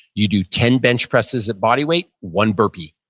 you do ten bench presses at body weight, one burpee.